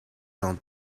dan